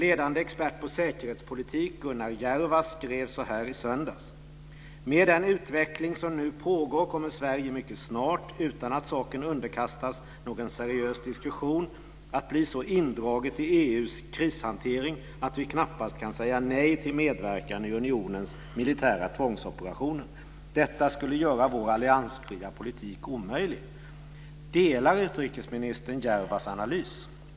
Jervas, skrev så här i söndags: Med den utveckling som nu pågår kommer Sverige mycket snart, utan att saken underkastats någon seriös diskussion, att bli så indraget i EU:s krishantering att vi knappast kan säga nej till medverkan i unionens militära tvångsoperationer. Detta skulle göra vår alliansfria politik omöjlig. Instämmer utrikesministern i Jervas analys?